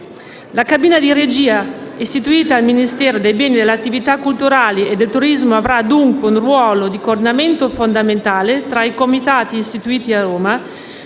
La cabina di regia, istituita al Ministero dei beni e delle attività culturali e del turismo, avrà dunque un ruolo di coordinamento fondamentale tra i comitati istituiti a Roma,